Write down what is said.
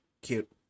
cute